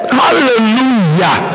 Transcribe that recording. hallelujah